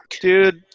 Dude